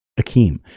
Akeem